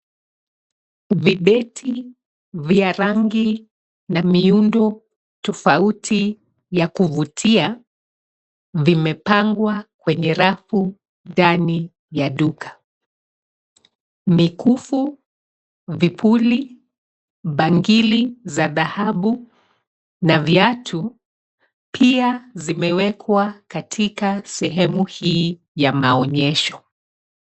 Vibeti vya rangi na miundo tofauti ya kuvutia, vimepangwa kwenye rafu ndani ya duka. Mikufu, vipuli, bangili za dhahabu, na viatu, pia zimewekwa katika sehemu hii ya maonyesho.